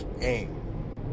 Aim